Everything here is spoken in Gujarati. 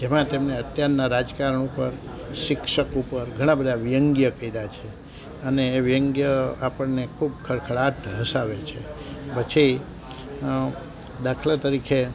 જેમાં તેમને અત્યારના રાજકારણ ઉપર શિક્ષક ઉપર ઘણા બધા વ્યંગ્ય કર્યા છે અને એ વ્યંગ્ય આપણને ખૂબ ખડખડાટ હસાવે છે પછી દાખલા તરીકે